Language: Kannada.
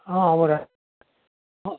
ಹಾಂ ಅವರೇ ಹಾಂ